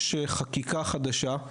יש חקיקה חדשה,